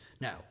Now